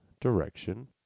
direction